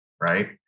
Right